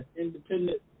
independent